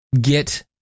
get